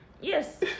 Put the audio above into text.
Yes